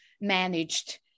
managed